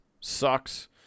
sucks